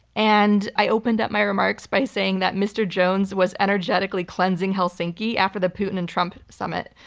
and i opened up my remarks by saying that mr. jones was energetically cleansing helsinki after the putin and trump summit,